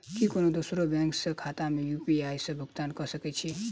की कोनो दोसरो बैंक कऽ खाता मे यु.पी.आई सऽ भुगतान कऽ सकय छी?